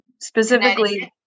Specifically